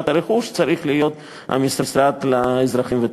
הרכוש צריך להיות המשרד לאזרחים ותיקים.